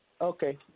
Okay